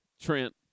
Trent